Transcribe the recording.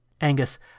angus